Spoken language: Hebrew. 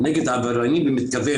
אתם מבינים את זה?